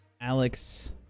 Alex